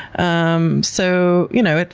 um so, you know,